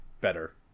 better